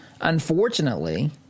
unfortunately